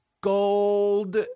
gold